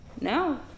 no